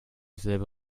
selbe